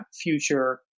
future